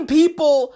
people